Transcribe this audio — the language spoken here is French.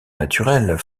naturel